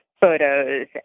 photos